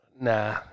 Nah